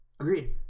Agreed